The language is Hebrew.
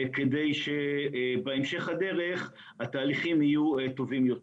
כדי שבהמשך הדרך התהליכים יהיו טובים יותר.